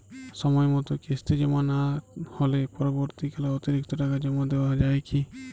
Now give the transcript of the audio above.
সময় মতো কিস্তি জমা না হলে পরবর্তীকালে অতিরিক্ত টাকা জমা দেওয়া য়ায় কি?